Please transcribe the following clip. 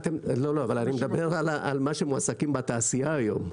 אני מדבר על מה שמועסקים בתעשייה היום.